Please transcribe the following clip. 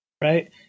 right